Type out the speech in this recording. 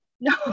No